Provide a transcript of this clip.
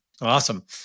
Awesome